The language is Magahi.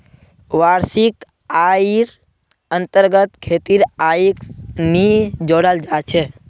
वार्षिक आइर अन्तर्गत खेतीर आइक नी जोडाल जा छेक